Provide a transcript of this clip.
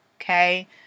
Okay